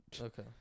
Okay